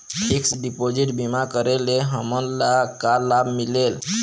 Fix deposit बीमा करे ले हमनला का लाभ मिलेल?